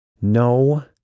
No